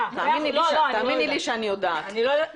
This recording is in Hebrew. תאמיני לי שאני יודעת.